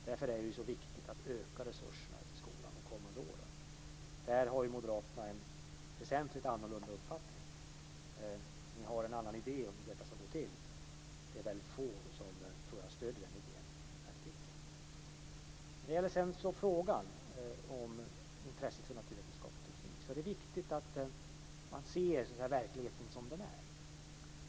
Därför är det så viktigt att öka resurserna till skolan under de kommande åren. Där har Moderaterna en uppfattning som är väsentligt annorlunda. Ni har en annan idé om hur detta ska gå till, men jag tror att det är väldigt få som i praktiken stöder den idén. I fråga om intresset för naturvetenskap och teknik är det viktigt att se verkligheten som den är.